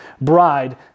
bride